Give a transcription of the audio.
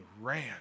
ran